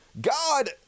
God